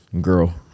girl